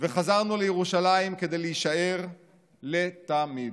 וחזרנו לירושלים כדי להישאר לתמיד.